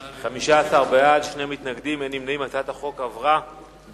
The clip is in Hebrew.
מס' 15). ההצעה להעביר את הצעת חוק עובדים זרים